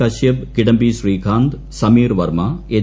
Kashyap Kidambi Srikanth Sameer Verma H